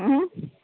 ಹ್ಞೂ